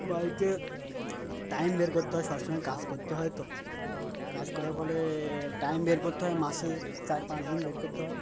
বাইকে টাইম বের করতে হয় সব সমময় কাজ করতে হয় তো কাজ করার ফলে টাইম বের করতে হয় মাসে চার পাঁচ দিন বের করতে হয়